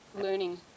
learning